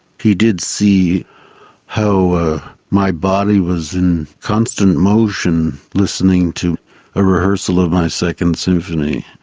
he did see how my body was in constant motion listening to a rehearsal of my second symphony.